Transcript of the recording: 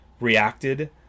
reacted